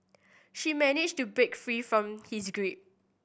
she managed to break free from his grip